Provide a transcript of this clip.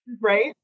Right